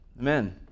Amen